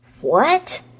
What